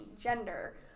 gender